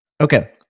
Okay